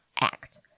Act